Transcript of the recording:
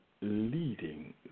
leading